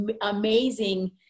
amazing